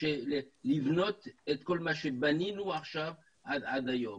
כדי לבנות את כל מה שבנינו עד היום?